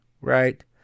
right